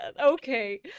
Okay